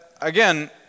again